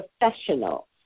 professional